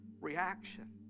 reaction